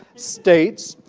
states,